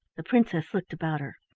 the princess looked about her.